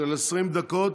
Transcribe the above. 20 דקות,